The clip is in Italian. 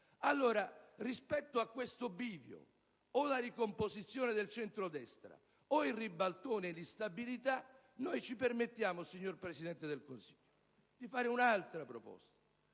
Rispetto a questo bivio, vale a dire o la ricomposizione del centrodestra o il ribaltone di stabilità, noi ci permettiamo, signor Presidente del Consiglio, di fare un'altra proposta,